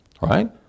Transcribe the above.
right